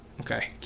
Okay